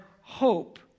hope